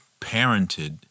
parented